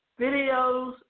videos